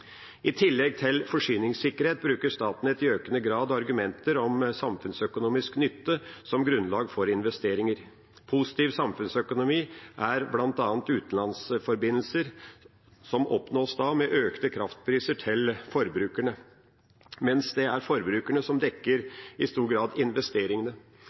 I tillegg til forsyningssikkerhet bruker Statnett i økende grad argumenter om samfunnsøkonomisk nytte som grunnlag for investeringer. Positiv samfunnsøkonomi er bl.a. utenlandsforbindelser som oppnås med økte kraftpriser til forbrukerne, mens det er forbrukerne som i stor grad dekker investeringene.